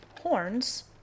horns